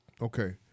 Okay